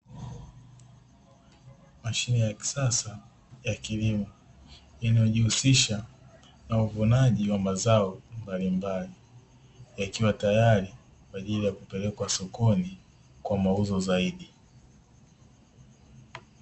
Mashine ya kisasa ya kilimo inayojihusisha na uvunaji wa mazao mbalimbali, yakiwa tayari kwa ajili ya kupelekwa sokoni kwa mauzo zaidi.